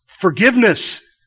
Forgiveness